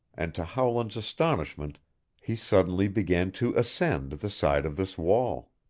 and to howland's astonishment he suddenly began to ascend the side of this wall.